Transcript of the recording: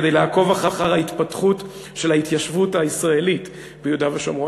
כדי לעקוב אחר ההתפתחות של ההתיישבות הישראלית ביהודה ושומרון.